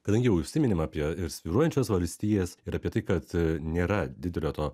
kadangi jau užsiminėm apie ir svyruojančias valstijas ir apie tai kad nėra didelio to